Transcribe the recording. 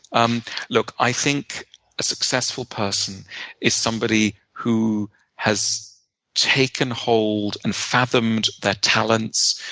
um look, i think a successful person is somebody who has taken hold and fathomed their talents,